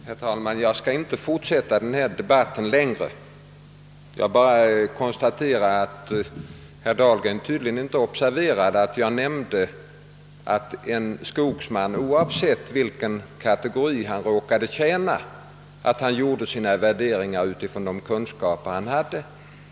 Herr talman! Jag skall inte fortsätta denna debatt längre. Jag bara konstaterar att herr Dahlgren tydligen inte observerat att jag nämnde att en skogsman, oavsett vilken kategori han råkade tjäna, gjorde sina värderingar utifrån de kunskaper han hade.